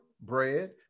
bread